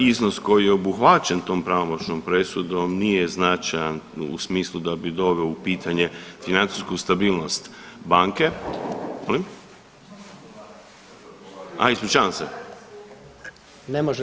Iznos koji je obuhvaćen tom pravomoćnom presudom nije značajan u smislu da bi doveo u pitanje financijsku stabilnost banke. … [[Upadica se ne razumije.]] Molim?